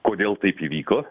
kodėl taip įvyko